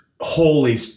holy